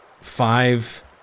Five